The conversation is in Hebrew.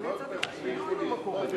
אתה זמני.